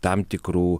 tam tikrų